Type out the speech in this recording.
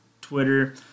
Twitter